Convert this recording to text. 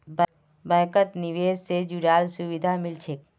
बैंकत निवेश से जुराल सुभिधा मिल छेक